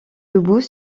debout